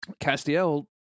Castiel